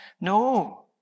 No